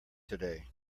today